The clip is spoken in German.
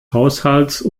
haushalts